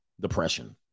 depression